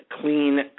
clean